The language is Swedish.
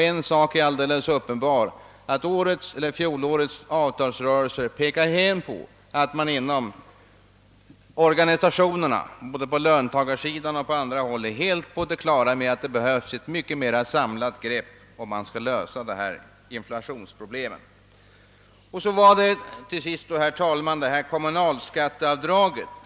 En sak är helt uppenbar: fjolårets avtalsrörelse visade att man inom organisationerna, både på löntagarsidan och på annat håll, är helt på det klara med att det behövs ett mycket mera samlat grepp om man skall kunna lösa inflationsproblemen. Till sist, herr talman, några ord om kommunalskatteavdraget.